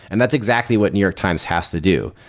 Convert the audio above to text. and that's exactly what new york times has to do.